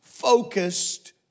Focused